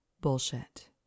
Bullshit